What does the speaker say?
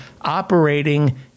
operating